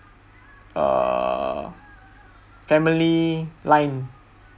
err family line